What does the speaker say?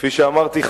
כפי שאמרתי,